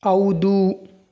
ಹೌದು